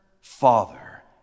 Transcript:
father